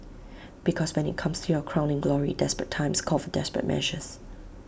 because when IT comes to your crowning glory desperate times call for desperate measures